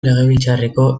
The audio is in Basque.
legebiltzarreko